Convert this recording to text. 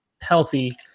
healthy